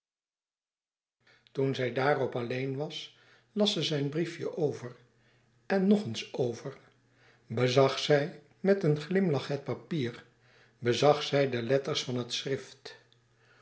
toen zij daarop alleen was las ze zijn briefje over en nog eens over bezag zij met een glimlach het papier bezag zij de letters van het schrift